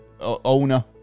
owner